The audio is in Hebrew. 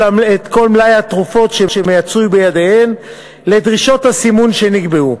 מלאי התרופות שבידיהן לדרישות הסימון שנקבעו.